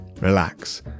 Relax